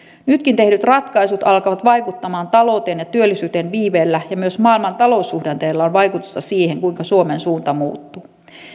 nytkin tehdyt ratkaisut alkavat vaikuttamaan talouteen ja työllisyyteen viiveellä ja myös maailman taloussuhdanteilla on vaikutusta siihen kuinka suomen suunta muuttuu